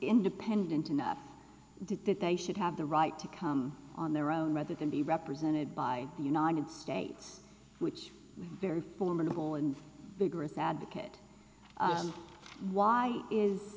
independent enough to that they should have the right to come on their own rather than be represented by the united states which are very formidable and bigger if advocate why is